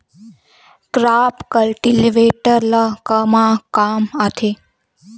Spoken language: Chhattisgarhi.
क्रॉप कल्टीवेटर ला कमा काम आथे?